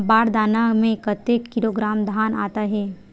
बार दाना में कतेक किलोग्राम धान आता हे?